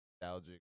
nostalgic